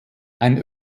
ein